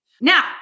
Now